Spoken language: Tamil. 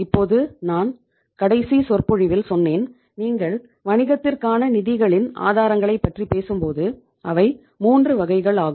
இப்போது நான் கடைசி சொற்பொழிவில் சொன்னேன் நீங்கள் வணிகத்திற்கான நிதிகளின் ஆதாரங்களைப் பற்றி பேசும்போது அவை 3 வகைகள் ஆகும்